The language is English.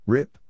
Rip